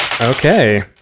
Okay